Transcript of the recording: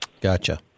Gotcha